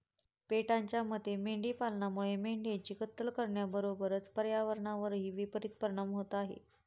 पेटाच्या मते मेंढी पालनामुळे मेंढ्यांची कत्तल करण्याबरोबरच पर्यावरणावरही विपरित परिणाम होत आहे